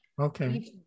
Okay